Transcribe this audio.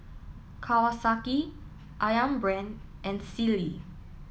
Kawasaki Ayam Brand and Sealy